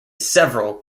several